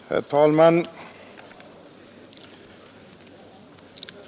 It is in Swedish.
Herr talman!